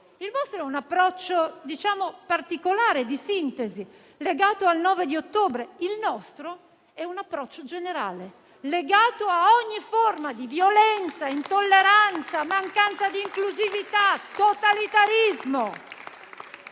Il vostro è un approccio particolare, di sintesi, legato al 9 ottobre; il nostro è un approccio generale, legato a ogni forma di violenza, intolleranza, mancanza di inclusività, totalitarismo